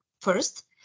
First